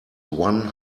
one